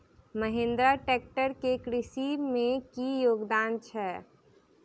Mahindra tractor केँ कृषि मे की योगदान छै?